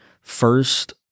first